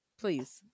please